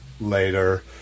later